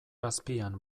azpian